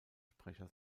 sprecher